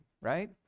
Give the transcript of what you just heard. right